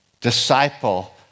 disciple